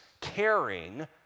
caring